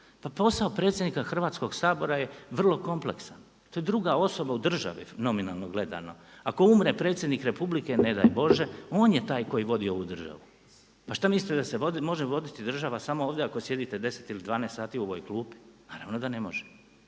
Pa posao predsjednika Hrvatskoga sabora je vrlo kompleksan, to je druga osoba u državi nominalno gledano. Ako umre predsjednik Republike ne daj Bože, on je taj koji vodi ovu državu. Pa šta mislite da se može voditi država samo ovdje ako sjedite 10 ili 12 sati u ovoj klupi? Naravno da ne može.